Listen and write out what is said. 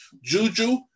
Juju